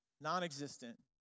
Non-existent